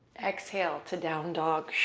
exhale to down dog.